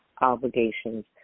obligations